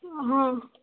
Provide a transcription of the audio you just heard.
हँ